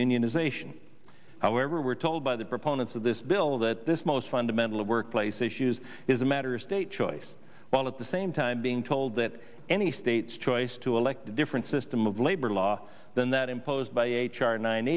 unionization however we're told by the proponents of this bill that this most fundamental of workplace issues is a matter of state choice while at the same time being told that any state's choice to elect a different system of labor law than that imposed by h r nine